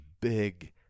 big